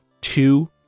two